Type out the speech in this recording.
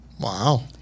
Wow